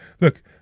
look